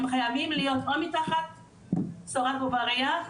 הם חייבים להיות או מתחת סורג ובריח,